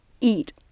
eat